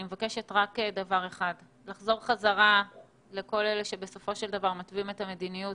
אני מבקשת שתחזרי חזרה לכל אלה שמתווים את המדיניות